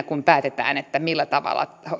kun päätetään millä tavalla